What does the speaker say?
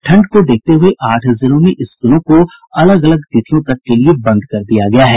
ठंड को देखते हुए आठ जिलों में स्कूलों को अलग अलग तिथियों तक के लिए बंद कर दिया गया है